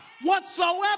Whatsoever